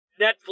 Netflix